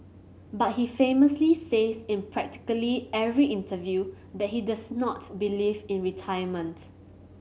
but he famously says in practically every interview that he does not believe in retirement